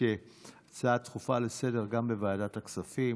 הצעה דחופה לסדר-היום גם בוועדת הכספים,